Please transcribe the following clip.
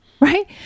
right